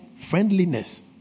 friendliness